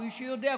הוא איש שיודע.